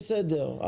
בסדר.